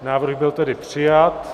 Návrh byl tedy přijat.